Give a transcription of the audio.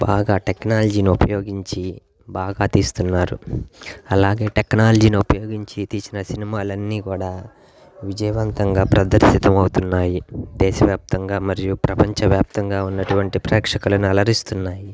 బాగా టెక్నాలజీని ఉపయోగించి బాగా తీస్తున్నారు అలాగే టెక్నాలజీని ఉపయోగించి తీసిన సినిమాలన్నీ కూడా విజయవంతంగా ప్రదర్శితం అవుతున్నాయి దేశవ్యాప్తంగా మరియు ప్రపంచవ్యాప్తంగా ఉన్నటువంటి ప్రేక్షకులను అలరిస్తున్నాయి